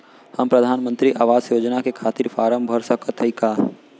हम प्रधान मंत्री आवास योजना के खातिर फारम भर सकत हयी का?